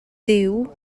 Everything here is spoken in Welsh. duw